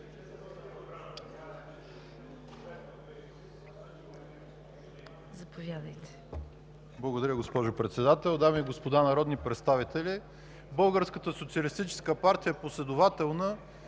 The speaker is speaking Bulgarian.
Благодаря, госпожо Председател. Дами и господа народни представители, „Българската социалистическа партия“ е последователна